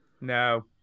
No